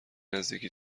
نزدیکی